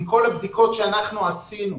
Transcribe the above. מכל הבדיקות שאנחנו עשינו,